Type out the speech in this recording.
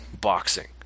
boxing